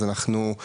אז אנחנו,